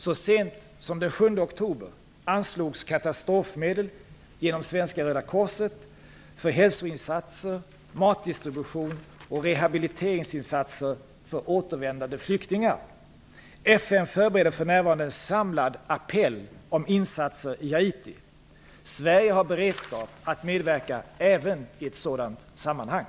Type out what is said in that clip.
Så sent som den 7 oktober anslogs katastrofmedel genom Svenska röda korset för hälsoinsatser, matdistribution och rehabiliteringsinsatser för återvändande flyktingar. FN förbereder för närvarande en samlad appell om insatser i Haiti. Sverige har beredskap att medverka även i ett sådant sammanhang.